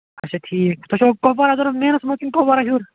اَچھا ٹھیٖک تۄہہِ چھُوا کۄپوارا بازرس مینَس منٛز کِنہٕ کۄپوارا ہیوٚر